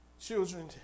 children